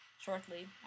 shortly